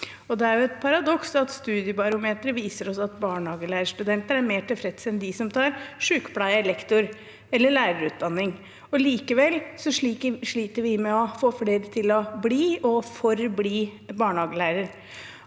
Det er et paradoks at Studiebarometeret viser oss at barnehagelærerstudenter er mer tilfredse enn dem som tar sykepleier-, lektor- eller lærerutdanning, og likevel sliter vi med å få flere til å bli og forbli barnehagelærer.